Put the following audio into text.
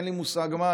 אין לי מושג מה.